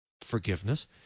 forgiveness